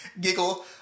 giggle